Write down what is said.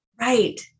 Right